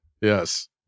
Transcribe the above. Yes